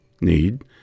need